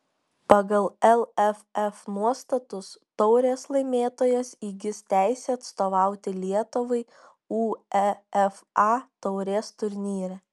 pagal lff nuostatus taurės laimėtojas įgis teisę atstovauti lietuvai uefa taurės turnyre